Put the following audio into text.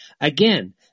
Again